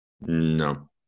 No